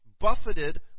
buffeted